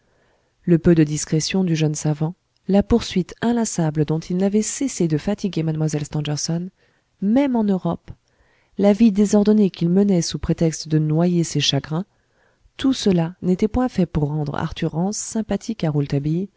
le peu de discrétion du jeune savant la poursuite inlassable dont il n'avait cessé de fatiguer mlle stangerson même en europe la vie désordonnée qu'il menait sous prétexte de noyer ses chagrins tout cela n'était point fait pour rendre arthur rance sympathique à